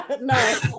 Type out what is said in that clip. No